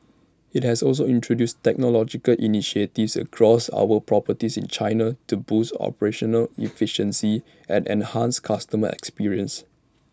IT has also introduced technological initiatives across our properties in China to boost operational efficiency and enhance customer experience